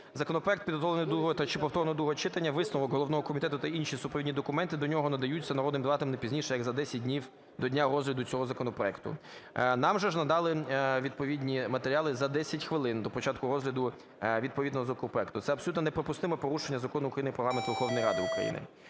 "Законопроект, підготовлений до другого чи повторного другого читання, висновок головного комітету та інші супровідні документи до нього надаються народним депутатом не пізніше як за 10 днів до дня розгляду цього законопроекту". Нам же ж надали відповідні матеріали за 10 хвилин до початку розгляду відповідного законопроекту. Це абсолютно неприпустиме порушення Закону України" Про Регламент Верховної Ради України".